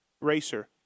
racer